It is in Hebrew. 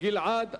גלעד ארדן.